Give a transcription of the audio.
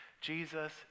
Jesus